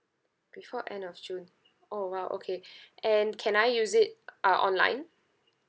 before end of june oh !wow! okay and can I use it uh online